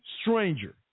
stranger